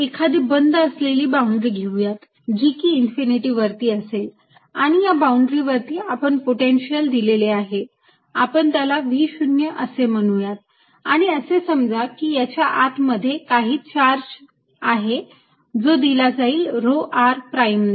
आपण एखादी बंद असलेली बाउंड्री घेऊयात जी की इन्फिनिटी वरती असेल आणि या बाउंड्री वरती आपण पोटेन्शिअल दिलेले आहे आपण त्याला V0 असे म्हणूयात आणि असे समजा की याच्या आत मध्ये काही चार्ज आहे जो दिला जाईल rho r प्राईमने